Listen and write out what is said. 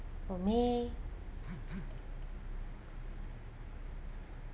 for me